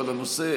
אבל הנושא,